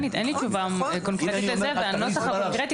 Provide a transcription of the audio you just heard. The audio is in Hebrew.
אין לי תשובה קונקרטית לזה והנוסח הקונקרטי לא משנה.